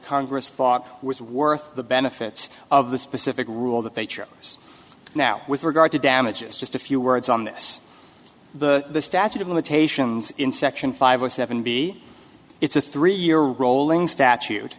congress thought it was worth the benefits of the specific rule that they chose now with regard to damages just a few words on this the statute of limitations in section five zero seven b it's a three year rolling statute